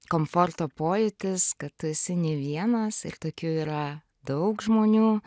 komforto pojūtis kad tu esi ne vienas ir tokių yra daug žmonių